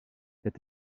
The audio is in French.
est